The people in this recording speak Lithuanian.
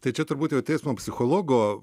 tai čia turbūt jau teismo psichologo